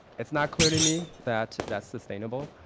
it's not clear to me that that's sustainable.